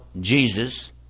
Jesus